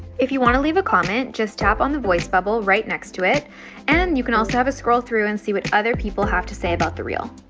if you want to leave a comment, just tap on the voice bubble right next to it and you can also have a scroll through and see what other people have to say about the reel.